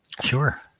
Sure